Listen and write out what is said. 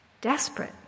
desperate